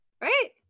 Right